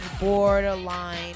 borderline